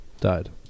died